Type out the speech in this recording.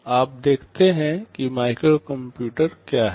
अब देखते हैं कि माइक्रोकंप्यूटर क्या है